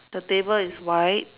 the table is white